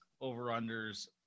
over-unders